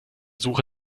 suche